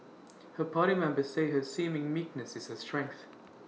her party members say her seeming meekness is her strength